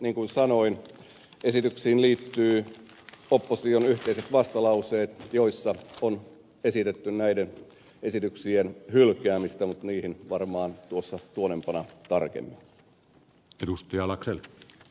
niin kuin sanoin esityksiin liittyy opposition yhteiset vastalauseet joissa on esitetty näiden esitysten hylkäämistä mutta niihin varmaan tuossa tuonnempana tarkemmin